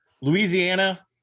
Louisiana